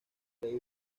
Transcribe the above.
david